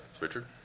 Richard